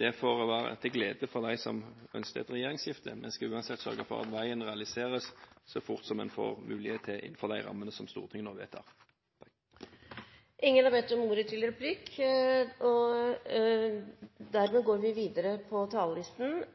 Det får være til glede for dem som ønsket et regjeringsskifte. Vi skal uansett sørge for at veien realiseres så fort som en får mulighet til, innenfor de rammene som Stortinget nå vedtar.